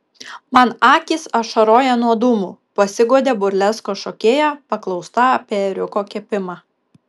man akys ašaroja nuo dūmų pasiguodė burleskos šokėja paklausta apie ėriuko kepimą